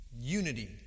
Unity